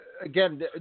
again